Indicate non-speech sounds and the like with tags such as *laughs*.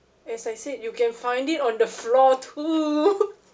as I said you can find it on the floor too *laughs*